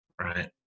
Right